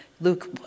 Luke